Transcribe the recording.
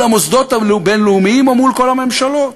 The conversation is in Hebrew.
המוסדות הבין-לאומיים או מול כל הממשלות.